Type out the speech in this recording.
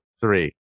three